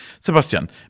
Sebastian